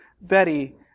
Betty